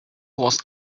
was